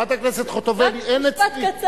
חברת הכנסת חוטובלי, אין אצלי, רק משפט קצר.